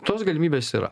tos galimybės yra